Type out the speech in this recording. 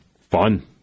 Fun